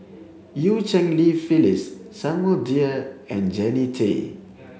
Eu Cheng Li Phyllis Samuel Dyer and Jannie Tay